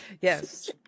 Yes